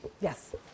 Yes